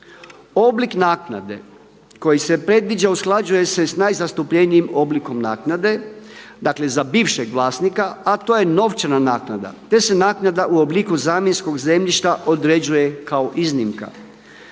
Oblik naknade koji se predviđa usklađuje se sa najzastupljenijim oblikom naknade, dakle za bivšeg vlasnika, a to je novčana naknada, te se naknada u obliku zamjenskog zemljišta određuje kao iznimka.